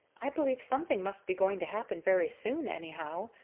i believe something must be going to happen very soon, anyhow,